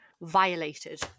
Violated